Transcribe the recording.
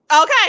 okay